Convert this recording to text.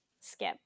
Skip